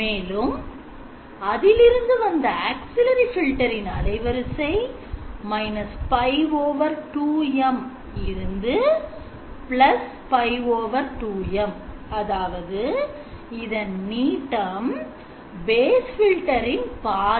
மேலும் அதிலிருந்து வந்த auxillary filter இன் அலைவரிசை −π 2 M to π 2 M அதாவது இதன் நீட்டம் base filter என் பாதி